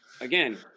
again